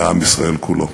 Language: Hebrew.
לעם ישראל כולו.